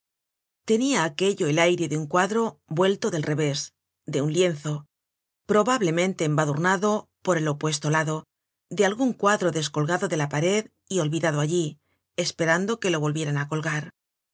tenia aquello el aire de un cuadro vuelto del revés de un lienzo probablemente embadurnado por el opuesto lado de algun cuadro descolgado de la pared y olvidado allí esperando que lo volvieran á colgar